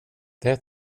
det